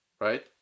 right